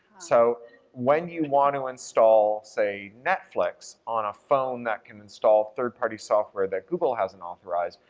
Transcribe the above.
so when you want to install, say, netflix on a phone that can install third party software that google hasn't authorized,